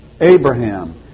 Abraham